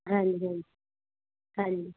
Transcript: ਹਾਂਜੀ ਹਾਂਜੀ ਹਾਂਜੀ